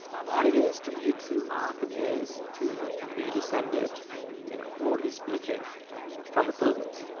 what it is to be a true american is to be descended you know broadly speaking from the pilgrims,